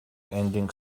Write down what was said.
ending